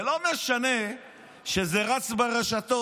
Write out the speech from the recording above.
זה לא משנה שזה רץ ברשתות.